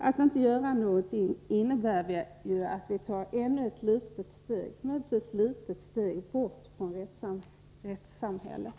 Att inte göra någonting innebär att vi tar ännu ett litet steg bort från rättssamhället.